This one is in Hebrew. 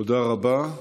תודה רבה.